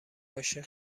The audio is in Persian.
عاشق